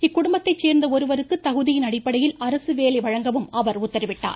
இக்குடும்பத்தை சோ்ந்த ஒருவருக்கு தகுதியின் அடிப்படையில் அரசு வேலை வழங்கவும் அவர் உத்தரவிட்டுள்ளார்